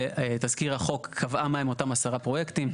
תסקיר החוק קבעה מהם אותם 10 פרויקטים.